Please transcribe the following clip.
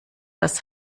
das